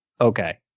okay